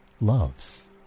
loves